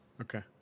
Okay